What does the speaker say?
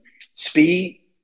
speed